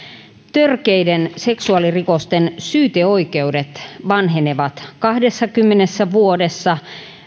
törkeiden seksuaalirikosten syyteoikeudet vanhenevat kahdessakymmenessä vuodessa